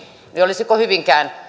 olisiko hyvinkään